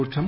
രൂക്ഷം